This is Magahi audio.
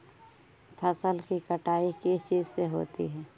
फसल की कटाई किस चीज से होती है?